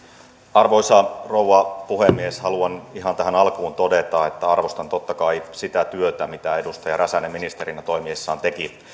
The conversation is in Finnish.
arvoisa rouva puhemies haluan ihan tähän alkuun todeta että arvostan totta kai sitä työtä mitä edustaja räsänen ministerinä toimiessaan teki